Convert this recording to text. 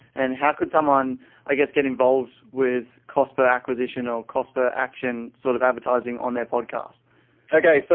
and how could someone ah get get involved with cost per acquisition or cost per action sort of advertising on their podcast? jarrod okay. so,